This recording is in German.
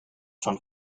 schon